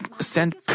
send